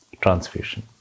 transfusion